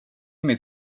mitt